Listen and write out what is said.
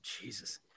Jesus